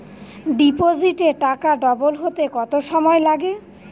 ডিপোজিটে টাকা ডবল হতে কত সময় লাগে?